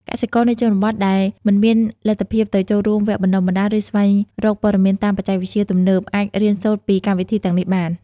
កសិករនៅជនបទដែលមិនមានលទ្ធភាពទៅចូលរួមវគ្គបណ្ដុះបណ្ដាល ឬស្វែងរកព័ត៌មានតាមបច្ចេកវិទ្យាទំនើប អាចរៀនសូត្រពីកម្មវិធីទាំងនេះបាន។